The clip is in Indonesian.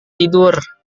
tidur